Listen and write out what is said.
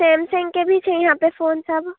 सेमसँगके भी छै इहाँपे फोन सभ